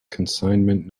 consignment